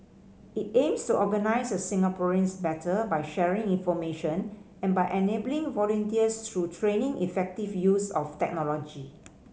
it aims to organise Singaporeans better by sharing information and by enabling volunteers through training and effective use of technology